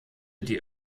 die